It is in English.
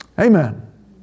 Amen